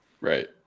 Right